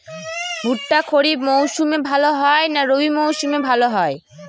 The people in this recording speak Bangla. ভুট্টা খরিফ মৌসুমে ভাল হয় না রবি মৌসুমে ভাল হয়?